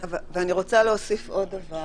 ואני רוצה להוסיף עוד דבר.